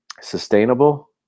sustainable